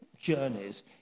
journeys